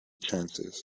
chances